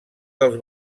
dels